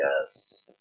Yes